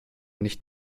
nicht